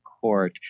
Court